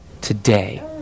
today